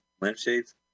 lampshades